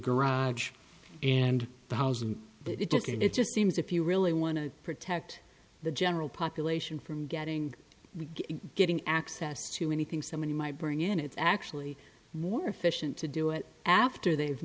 garage and the housing but it took it it just seems if you really want to protect the general population from getting getting access to anything someone might bring in it's actually more efficient to do it after they've